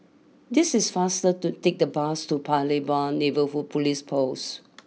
it is faster to take the bus to Paya Lebar Neighbourhood police post